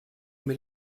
mir